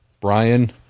Brian